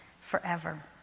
forever